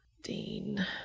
Dean